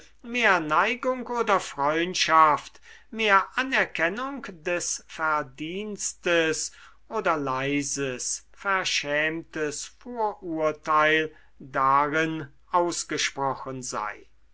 mehr neigung oder freundschaft mehr anerkennung des verdienstes oder leises verschämtes vorurteil darin ausgesprochen sei